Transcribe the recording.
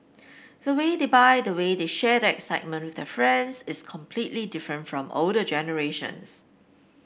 the way they buy the way they share that excitement with their friends is completely different from older generations